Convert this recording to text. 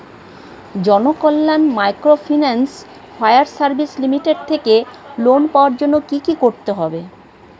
Janakalyan microfinance fire service limited থেকে loan পাওয়ার জন্য কি করতে হবে?